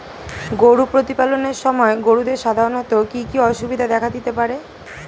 গরু প্রতিপালনের সময় গরুদের সাধারণত কি কি অসুবিধা দেখা দিতে পারে?